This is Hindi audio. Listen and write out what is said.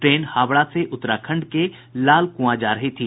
ट्रेन हावड़ा से उत्तराखंड के लालकुआं जा रही थी